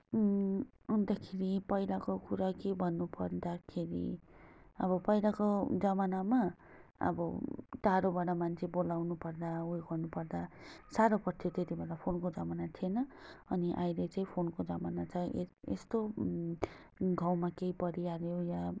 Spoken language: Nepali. अन्तखेरि पहिलाको कुरा के भन्नु पर्दाखेरि अब पहिलाको जमानामा अब टाडोढोबाट मान्छे बोलाउनु पर्दा उयो गर्नु पर्दा सारो पर्थ्यो त्यतीबोला फोनको जमाना थिएन अनि अहिले चाहिँ फोनको जमाना छ यस्तो गाउँमा केही परिहाल्यो या